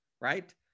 right